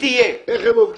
איך הם עובדים.